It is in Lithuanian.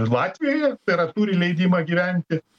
latvijoje tai yra turi leidimą gyventi